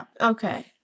Okay